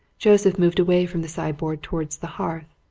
joseph moved away from the sideboard towards the hearth,